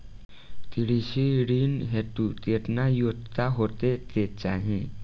कृषि ऋण हेतू केतना योग्यता होखे के चाहीं?